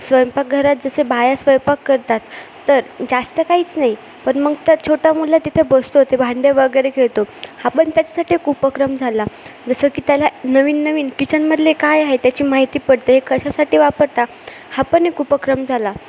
स्वयंपाकघरात जसे बाया स्वयंपाक करतात तर जास्त काहीच नाही पण मग त्या छोटा मुलं तिथे बसतो ते भांडे वगैरे खेळतो हा पण त्याच्यासाठी एक उपक्रम झाला जसं की त्याला नवीन नवीन किचनमधले काय आहे त्याची माहिती पडते हे कशासाठी वापरतात हा पण एक उपक्रम झाला